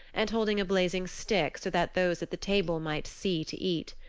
and holding a blazing stick so that those at the table might see to eat.